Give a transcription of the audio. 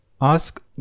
Ask